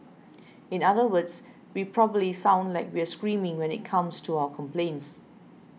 in other words we probably sound like we're screaming when it comes to our complaints